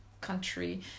country